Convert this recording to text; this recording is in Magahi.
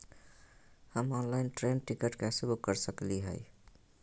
हम ऑनलाइन ट्रेन टिकट कैसे बुक कर सकली हई?